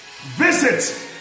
visit